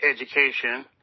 education